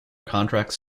contracts